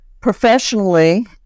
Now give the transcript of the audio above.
professionally